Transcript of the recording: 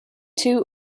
two